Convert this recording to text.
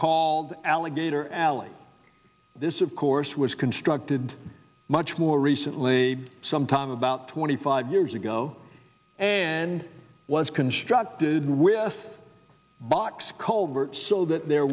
called alligator alley this of course was constructed much more recently some time about twenty five years ago and was constructed with a box culvert so that there